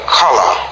color